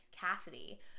Cassidy